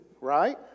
right